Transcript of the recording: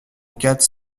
quatre